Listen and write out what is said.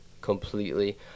completely